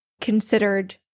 considered